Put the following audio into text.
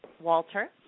Walter